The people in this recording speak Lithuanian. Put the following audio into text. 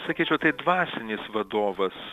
sakyčiau tai dvasinis vadovas